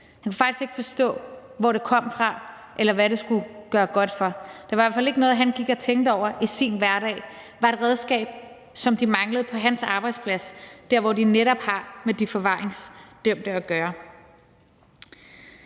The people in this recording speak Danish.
Han kunne faktisk ikke forstå, hvor det kom fra, eller hvad det skulle gøre godt for. Det var i hvert fald ikke noget, han gik og tænkte over i sin hverdag var et redskab, som de manglede på hans arbejdsplads, hvor de netop har med de forvaringsdømte at gøre.